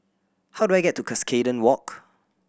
how do I get to Cuscaden Walk